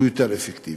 הוא יותר אפקטיבי.